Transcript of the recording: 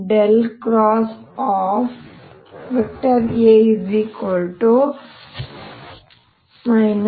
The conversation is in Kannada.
BA